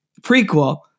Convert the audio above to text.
prequel